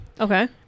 Okay